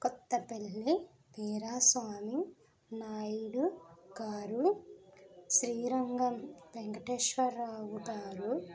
కొత్త పల్లి వీరాస్వామి నాయుడు గారు శ్రీ రంగం వెంకటేశ్వర్రావు గారు